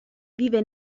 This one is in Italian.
vive